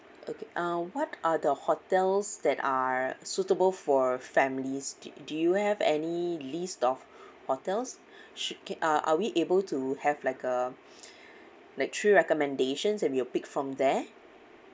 okay uh what are the hotels that are suitable for families do do you have any list of hotels should uh are we able to have like a like three recommendations and we'll pick from there